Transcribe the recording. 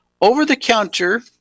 over-the-counter